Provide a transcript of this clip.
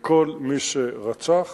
כל מי שרצח